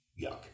yuck